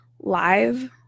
live